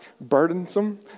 burdensome